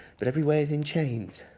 but everywhere he's in chains.